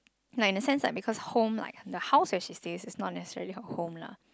like in a sense because home like the house she that stays is not necessarily her home lah